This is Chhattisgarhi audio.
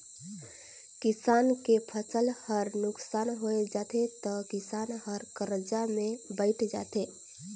किसान के फसल हर नुकसान होय जाथे त किसान हर करजा में बइड़ जाथे